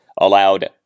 allowed